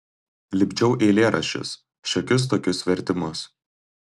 lipdžiau eilėraščius šiokius tokius vertimus